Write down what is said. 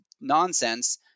nonsense